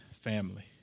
family